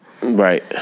Right